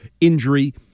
injury